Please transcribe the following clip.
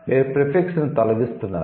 మీరు ప్రీఫిక్స్ ను తొలగిస్తున్నారు